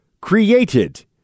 created